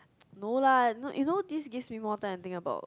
no lah not you know this gives me more time to think about